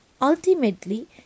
Ultimately